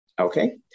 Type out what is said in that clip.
okay